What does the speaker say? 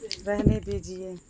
رہنے دیجیے